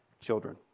children